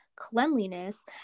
cleanliness